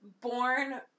born